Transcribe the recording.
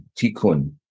tikkun